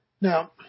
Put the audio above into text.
Now